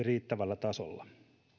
riittävällä tasolla